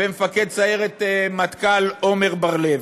ומפקד סיירת מטכ"ל עמר בר-לב.